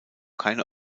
keine